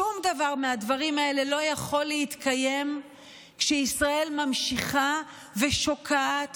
שום דבר מהדברים האלה לא יכול להתקיים כשישראל ממשיכה ושוקעת